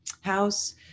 House